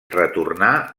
retornà